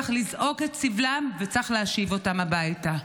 צריך לזעוק את סבלם, וצריך להשיב אותם הביתה.